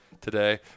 today